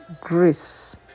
grace